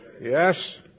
Yes